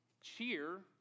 cheer